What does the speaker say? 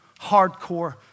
hardcore